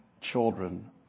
children